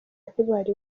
ntibari